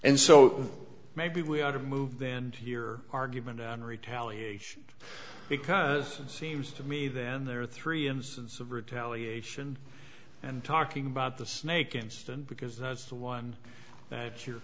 and so maybe we ought to move then to your argument on retaliation because it seems to me then there are three instances of retaliation and talking about the snake instance because that's the one that your